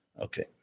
Okay